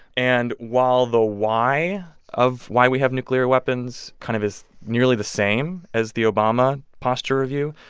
and while the why of why we have nuclear weapons kind of is nearly the same as the obama posture review,